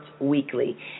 weekly